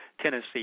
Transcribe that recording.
Tennessee